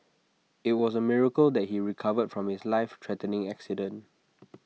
IT was A miracle that he recovered from his life threatening accident